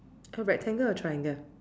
uh rectangle or triangle